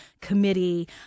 committee